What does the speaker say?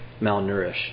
malnourished